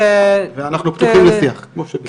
ואנחנו פתוחים לשיח, כמו שביקשת.